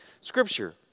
Scripture